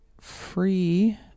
Free